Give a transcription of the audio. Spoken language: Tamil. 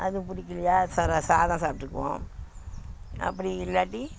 அது பிடிக்கிலையா சர சாதம் சாப்பிட்டுக்குவோம் அப்படி இல்லாட்டி